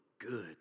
good